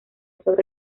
sobre